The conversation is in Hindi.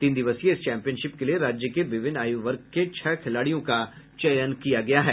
तीन दिवसीय इस चैम्पियनशिप के लिए राज्य के विभिन्न आयु वर्ग के छह खिलाड़ियों का चयन किया गया है